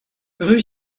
rue